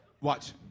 Watch